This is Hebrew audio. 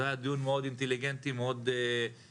היה דיון מאוד אינטליגנטי, מאוד מוכוון.